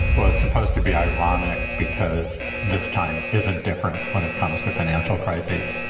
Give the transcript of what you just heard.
well, it's supposed to be ironic because this time isn't different when it comes to financial crises.